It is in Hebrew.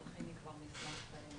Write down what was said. חבר כנסת ג'אבר, יש היגיון, כי אנשים נתקעו